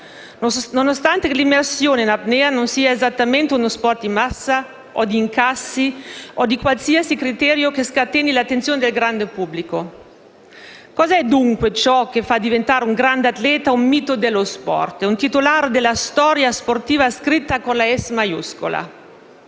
nonostante l'immersione in apnea non sia esattamente uno sport di massa o di incassi, o comunque ispirato a qualsiasi criterio che scateni l'attenzione del grande pubblico. Cosa è, dunque, che fa diventare un grande atleta un mito dello sport, un titolare della storia sportiva scritta con la «s» maiuscola?